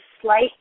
slight